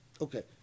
Okay